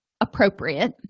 appropriate